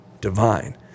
divine